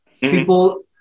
people